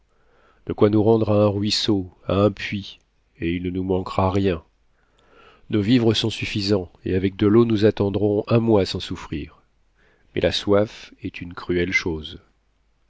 de quoi nous rendre à un ruisseau à un puits et il ne nous manquera rien nos vivres sont suffisants et avec de l'eau nous attendrons un mois sans souffrir mais la soif est une cruelle chose